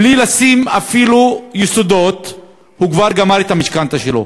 בלי לשים אפילו יסודות הוא כבר גמר את המשכנתה שלו.